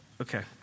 Okay